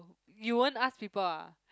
you won't ask people ah